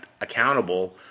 accountable